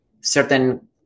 certain